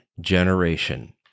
generation